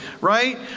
right